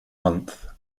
month